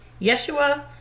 Yeshua